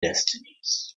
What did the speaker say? destinies